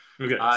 Okay